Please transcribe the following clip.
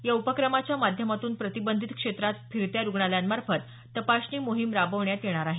या उपक्रमाच्या माध्यमातून प्रतिबंधित क्षेत्रात फिरत्या रुग्णालयांमार्फत तपासणी मोहीम राबवण्यात येणार आहे